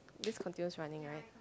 just continues running right